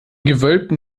gewölbten